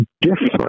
different